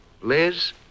Liz